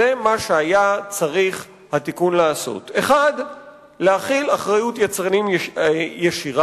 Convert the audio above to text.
זה מה שהיה צריך התיקון לעשות: 1. להחיל אחריות יצרנים ישירה.